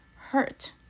hurt